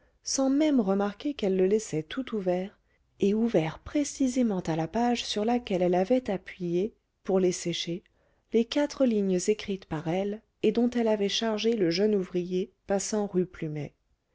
sans même remarquer qu'elle le laissait tout ouvert et ouvert précisément à la page sur laquelle elle avait appuyé pour les sécher les quatre lignes écrites par elle et dont elle avait chargé le jeune ouvrier passant rue plumet